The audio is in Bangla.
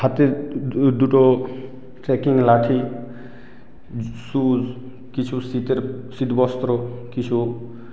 হাতে দু দুটো ট্রেকিং লাঠি শুজ কিছু শীতের শীতবস্ত্র কিছু